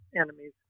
enemies